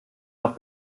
noch